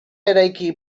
eraiki